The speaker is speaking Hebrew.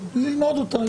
ללמוד אותה.